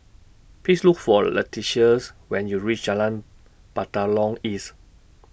Please Look For Leticias when YOU REACH Jalan Batalong East